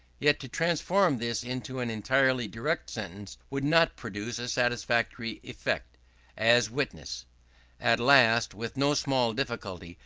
yet to transform this into an entirely direct sentence would not produce a satisfactory effect as witness at last, with no small difficulty,